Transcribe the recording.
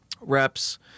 Reps